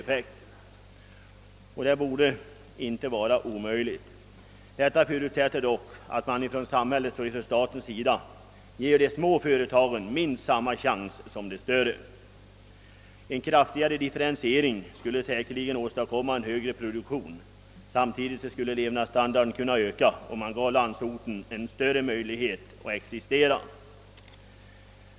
Detta borde inte vara omöjligt, men det förutsätter att samhället ger de små företagen minst samma chanser som de större. En kraftigare differentiering skulle säkerligen åstadkomma en högre produktion. Samtidigt skulle levnadsstandarden kunna öka, och man gav landsorten en större möjlighet att existera.